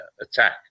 attack